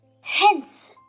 Hence